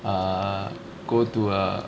err go to err